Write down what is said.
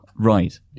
Right